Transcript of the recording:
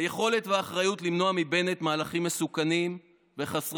היכולת והאחריות למנוע מבנט מהלכים מסוכנים וחסרי